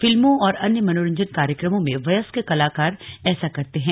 फिल्मों और अन्य मनोरंजन कार्यक्रमों में वयस्क कलाकार ऐसा करते हैं